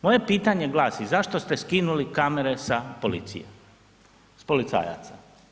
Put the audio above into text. Moje pitanje glasi zašto ste skinuli kamere sa policije, sa policajaca?